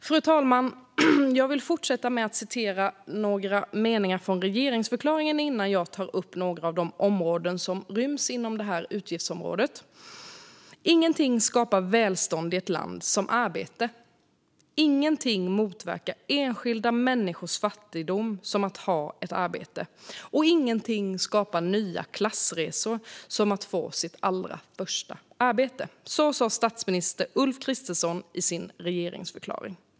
Fru talman! Jag vill fortsätta med att citera några meningar ur regeringsförklaringen innan jag tar upp några av de områden som ryms inom det här utgiftsområdet. "Ingenting skapar välstånd i ett land som arbete. Ingenting motverkar enskilda människors fattigdom som arbete, och ingenting skapar nya klassresor som att få sitt allra första arbete." Så sa statsminister Ulf Kristersson i sin regeringsförklaring.